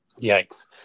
Yikes